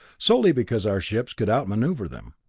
solely because our ships could outmaneuver them.